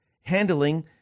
handling